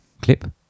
Clip